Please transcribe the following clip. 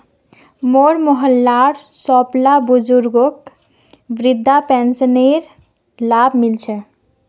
मोर मोहल्लार सबला बुजुर्गक वृद्धा पेंशनेर लाभ मि ल छेक